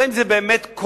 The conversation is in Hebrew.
אלא אם זה באמת כורח.